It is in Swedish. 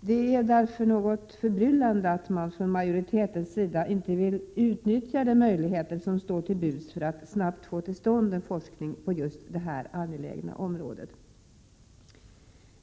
Det är därför något förbryllande att man från majoritetens sida inte vill utnyttja de möjligheter som står till buds för att snabbt få till stånd en forskning på just det angelägna området.